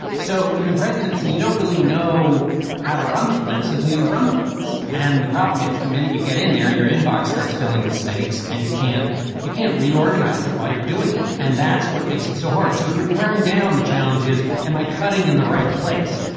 so in the presidency, you don't really know how to run the place until you've run the place. and the problem is, the minute you get in there, your inbox starts filling with snakes and you can't you can't reorganize it while you're doing it. and that's what makes it so hard. so if you're paring down the challenges. and cutting in the right place,